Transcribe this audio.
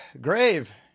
Grave